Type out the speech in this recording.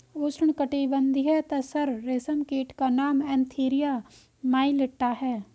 उष्णकटिबंधीय तसर रेशम कीट का नाम एन्थीरिया माइलिट्टा है